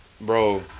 bro